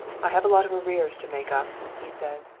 i have a lot of arrears to make up, he said.